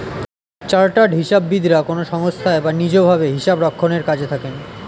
chartered হিসাববিদরা কোনো সংস্থায় বা নিজ ভাবে হিসাবরক্ষণের কাজে থাকেন